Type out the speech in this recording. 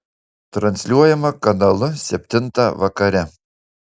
transliuojama kanalu septintą vakare